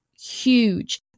huge